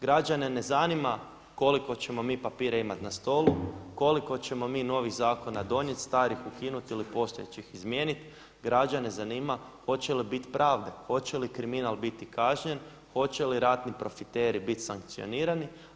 Građane ne zanima koliko ćemo mi papira imati na stolu, koliko ćemo mi novih zakona donijeti, starih ukinuti ili postojećih izmijeniti, građane zanima hoće li biti pravde, hoće li kriminal biti kažnjen, hoće li ratni profiteri biti sankcionirani.